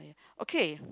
okay